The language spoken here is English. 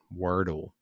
Wordle